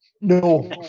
no